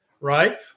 right